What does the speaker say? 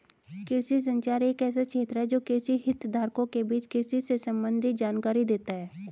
कृषि संचार एक ऐसा क्षेत्र है जो कृषि हितधारकों के बीच कृषि से संबंधित जानकारी देता है